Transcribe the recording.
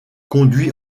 conduit